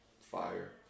fire